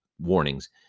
warnings